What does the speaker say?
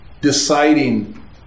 deciding